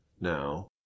now